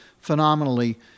phenomenally